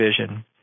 vision